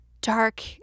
dark